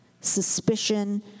suspicion